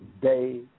day